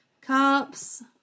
cups